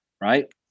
Right